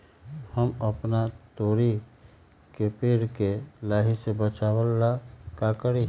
हम अपना तोरी के पेड़ के लाही से बचाव ला का करी?